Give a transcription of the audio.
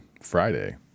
Friday